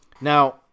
Now